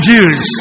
Jews